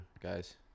guys